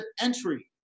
entry